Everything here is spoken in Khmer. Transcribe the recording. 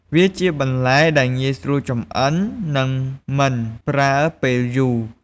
វាជាបន្លែដែលងាយស្រួលចម្អិន និងមិនប្រើពេលយូរ។